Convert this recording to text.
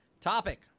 Topic